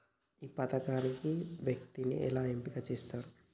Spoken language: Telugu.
ఈ పథకానికి ఒక వ్యక్తిని ఎలా ఎంపిక చేస్తారు?